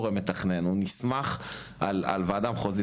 מתכנן, הוא נסמך על וועדה מחוזית.